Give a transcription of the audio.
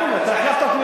החלפתי אותך,